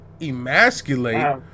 emasculate